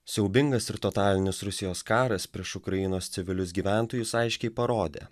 siaubingas ir totalinis rusijos karas prieš ukrainos civilius gyventojus aiškiai parodė